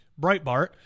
Breitbart